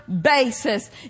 basis